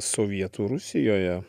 sovietų rusijoje